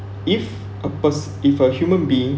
if a pers~ if a human being